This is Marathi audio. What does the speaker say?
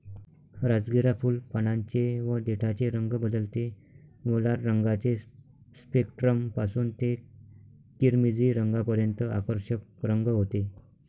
राजगिरा फुल, पानांचे व देठाचे रंग बदलते व लाल रंगाचे स्पेक्ट्रम पासून ते किरमिजी रंगापर्यंत आकर्षक रंग होते